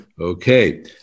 Okay